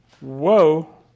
whoa